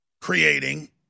creating